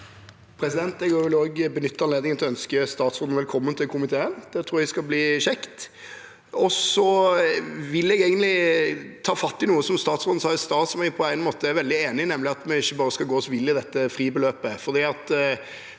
Jeg vil også be- nytte anledningen til å ønske statsråden velkommen til komiteen. Det tror jeg skal bli kjekt. Jeg vil ta fatt i noe som statsråden sa i stad, som jeg på en måte er veldig enig i, nemlig at vi ikke bare skal gå oss vill i dette fribeløpet.